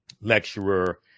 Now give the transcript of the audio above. lecturer